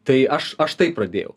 tai aš aš taip pradėjau